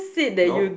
no